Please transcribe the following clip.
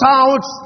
out